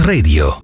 Radio